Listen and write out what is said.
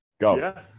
Go